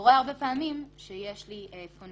קורה הרבה פעמים, שיש לי פונה